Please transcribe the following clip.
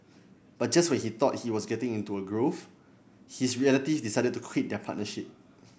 but just when he thought he was getting into a groove his relative decided to quit their partnership